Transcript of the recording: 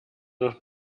noch